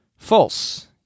False